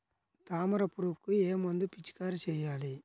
తామర పురుగుకు ఏ మందు పిచికారీ చేయాలి?